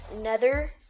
nether